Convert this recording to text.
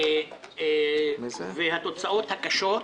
שזה נושא חשוב,